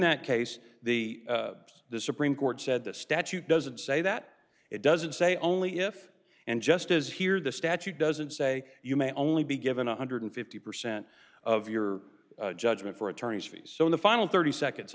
that case the the supreme court said the statute doesn't say that it doesn't say only if and just as here the statute doesn't say you may only be given one hundred and fifty percent of your judgment for attorney's fees so in the final thirty seconds